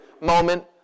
moment